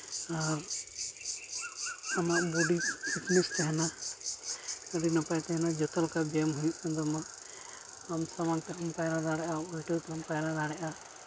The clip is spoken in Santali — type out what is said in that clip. ᱟᱨ ᱟᱢᱟᱜ ᱵᱚᱰᱤ ᱯᱷᱤᱴᱱᱮᱥ ᱛᱟᱦᱮᱱᱟ ᱟᱹᱰᱤ ᱱᱟᱯᱟᱭ ᱛᱟᱦᱮᱱᱟ ᱡᱚᱛᱚ ᱞᱮᱠᱟ ᱜᱮᱢ ᱦᱩᱭᱩᱜ ᱠᱟᱱ ᱛᱟᱢᱟ ᱟᱢ ᱥᱟᱢᱟᱝ ᱛᱮᱦᱚᱢ ᱯᱟᱭᱨᱟ ᱫᱟᱲᱮᱭᱟᱜᱼᱟ ᱩᱞᱴᱟᱹ ᱛᱮᱦᱚᱢ ᱯᱟᱭᱨᱟ ᱫᱟᱲᱮᱭᱟᱜᱼᱟ